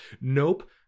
Nope